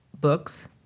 books